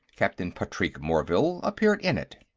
captain patrique morvill, appeared in it.